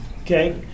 Okay